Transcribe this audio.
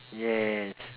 yes